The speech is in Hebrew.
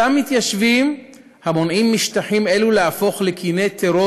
אותם מתיישבים המונעים משטחים אלו להפוך לקִני טרור